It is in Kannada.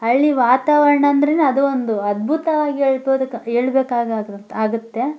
ಹಳ್ಳಿ ವಾತಾವರಣ ಅಂದರೇನೆ ಅದು ಒಂದು ಅದ್ಭುತವಾಗಿ ಹೇಳ್ಬೋದು ಹೇಳ್ಬೇಕಾಗಾಗತ್ ಆಗುತ್ತೆ